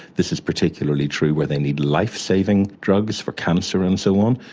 this is particularly true where they need life-saving drugs for cancer and so on.